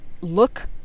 look